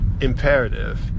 imperative